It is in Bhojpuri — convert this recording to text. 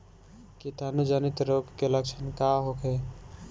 कीटाणु जनित रोग के लक्षण का होखे?